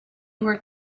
were